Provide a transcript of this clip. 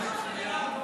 זה חוק מצוין,